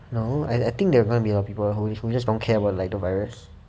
no I I think there's going to be a lot of people who who just don't care about like the virus